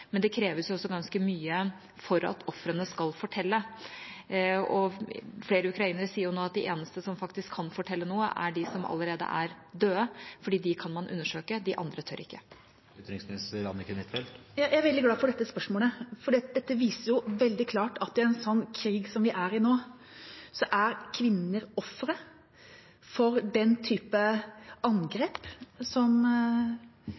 men det kreves også ganske mye for at ofrene skal fortelle. Flere ukrainere sier nå at de eneste som faktisk kan fortelle noe, er de som allerede er døde, fordi dem kan man undersøke. De andre tør ikke. Jeg er veldig glad for dette spørsmålet, for dette viser veldig klart at i en slik krig som vi er i nå, er kvinner ofre for den type